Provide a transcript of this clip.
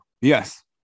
Yes